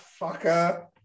fucker